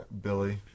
Billy